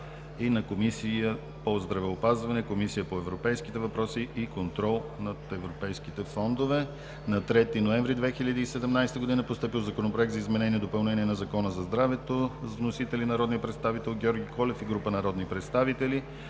е на Комисия по здравеопазване и Комисията по европейските въпроси и контрол над европейските фондове. На 3 ноември 2017 г. е постъпил Законопроект за изменение и допълнение на Закона за здравето. Вносители са народният представител Георги Колев и група народни представители.